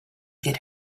get